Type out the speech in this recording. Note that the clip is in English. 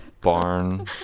barn